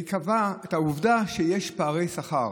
היא קבעה את העובדה שיש פערי שכר